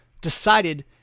decided